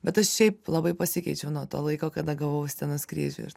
bet aš šiaip labai pasikeičiau nuo to laiko kada gavau scenos kryžių